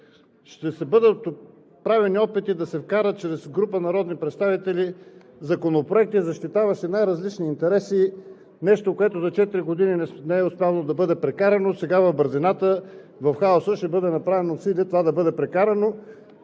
ще бъдат правени опити да се вкарват чрез група народни представители законопроекти, защитаващи най-различни интереси – нещо, което за четири години не е успявало да бъде прекарано, сега в бързината, в хаоса ще бъде направено усилие това да бъде прекарано.